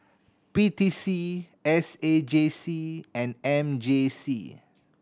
P T C S A J C and M J C